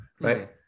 right